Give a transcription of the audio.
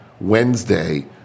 Wednesday